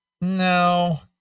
no